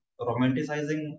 romanticizing